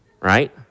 right